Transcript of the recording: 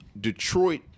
Detroit